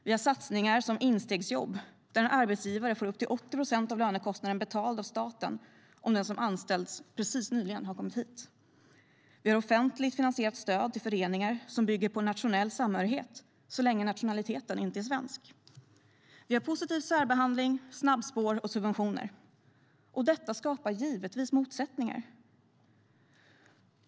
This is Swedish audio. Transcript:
Vi har satsningar som instegsjobb, där en arbetsgivare får upp till 80 procent av lönekostnaden betald av staten om den som anställts precis nyligen har kommit hit. Vi har offentligt finansierat stöd till föreningar som bygger på en nationell samhörighet - så länge nationaliteten inte är svensk. Vi har positiv särbehandling, snabbspår och subventioner. Detta skapar givetvis motsättningar.